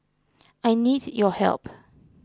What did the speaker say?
I need your help